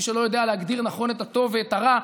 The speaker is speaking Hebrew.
מי שלא יודע להגדיר נכון את הטוב ואת הרע,